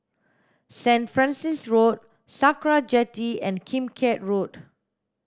Saint Francis Road Sakra Jetty and Kim Keat Road